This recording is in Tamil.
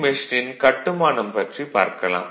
மெஷினின் கட்டுமானம் பற்றி பார்க்கலாம்